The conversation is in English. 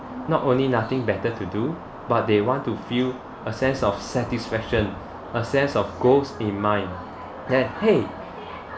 not only nothing better to do but they want to feel a sense of satisfaction a sense of goals in mind that !hey!